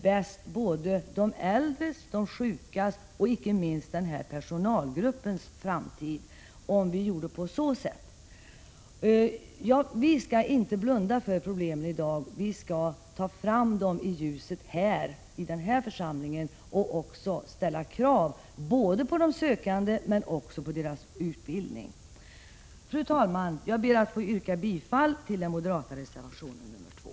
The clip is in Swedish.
Om vi gör så, gagnar vi bäst de äldres och sjukas intressen och icke minst den här personalgruppens framtid. Vi skall inte blunda för problemen i dag, vi skall i den här församlingen ta fram dem i ljuset och ställa krav både på de sökande och på deras utbildning. Fru talman! Jag ber att få yrka bifall till den moderata reservationen nr 2.